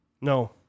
No